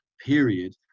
period